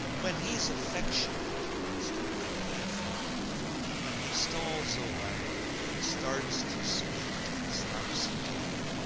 when he's affectionate instead of playful when he stalls awhile and starts to speak and stops again,